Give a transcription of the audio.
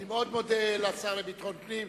אני מאוד מודה לשר לביטחון פנים.